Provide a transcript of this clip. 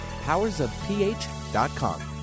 powersofph.com